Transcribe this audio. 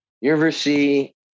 university